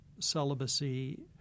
Celibacy